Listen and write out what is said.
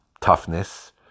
toughness